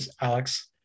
Alex